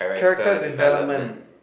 character development